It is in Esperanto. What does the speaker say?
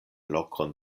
lokon